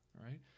right